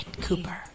Cooper